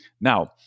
Now